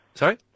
Sorry